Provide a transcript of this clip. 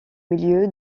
milieu